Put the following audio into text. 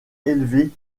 élevées